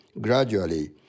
gradually